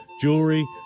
jewelry